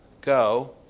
Go